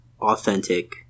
authentic